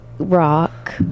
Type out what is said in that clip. Rock